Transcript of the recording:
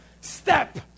step